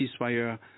ceasefire